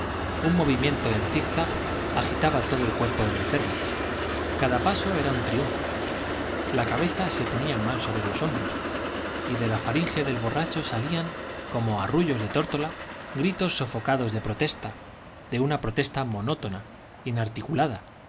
un movimiento en zig-zag agitaba todo el cuerpo del enfermo cada paso era un triunfo la cabeza se tenía mal sobre los hombros y de la faringe del borracho salían como arrullos de tórtola gritos sofocados de protesta de una protesta monótona inarticulada